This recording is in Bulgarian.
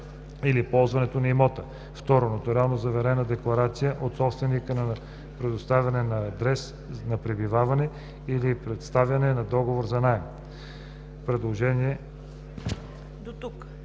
или ползването на имота; 2. нотариално заверена декларация от собственика за предоставяне на адрес на пребиваване - при представяне на договор за наем.“ ПРЕДСЕДАТЕЛ ЦВЕТА